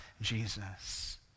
Jesus